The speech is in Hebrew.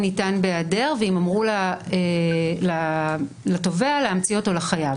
ניתן בהיעדר ואם אמרו לתובע להמציא אותו לחייב.